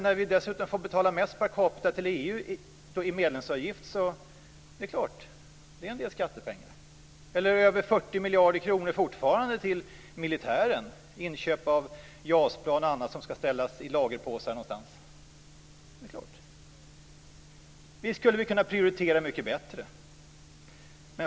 När vi dessutom får betala mest per capita i medlemsavgift till EU blir det naturligtvis en del skattepengar. Vi måste också fortfarande betala över 40 miljarder kronor till militären för inköp av JAS-plan och annat som ska ställas i lagerpåsar någonstans. Visst skulle vi kunna prioritera mycket bättre.